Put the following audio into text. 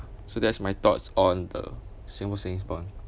so that's my thoughts on the singapore savings bond